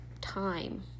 time